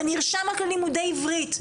ונרשם רק ללימודי עברית,